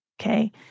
okay